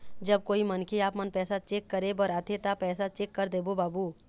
जब कोई मनखे आपमन पैसा चेक करे बर आथे ता पैसा चेक कर देबो बाबू?